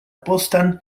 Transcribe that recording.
postan